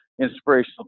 inspirational